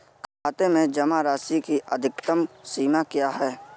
खाते में जमा राशि की अधिकतम सीमा क्या है?